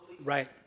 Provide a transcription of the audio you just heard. Right